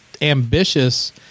ambitious